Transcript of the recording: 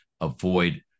avoid